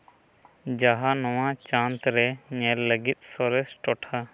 ᱡᱟᱦᱟᱸ ᱱᱚᱣᱟ ᱪᱟᱸᱫᱽ ᱨᱮ ᱧᱮᱞ ᱞᱟᱹᱜᱤᱫ ᱥᱚᱨᱮᱥ ᱴᱚᱴᱷᱟ